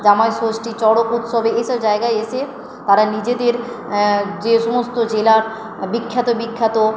জামাই ষষ্ঠী চরক উৎসবে এসব জায়গায় এসে তারা নিজেদের যে সমস্ত জেলার বিখ্যাত বিখ্যাত